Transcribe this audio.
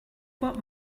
what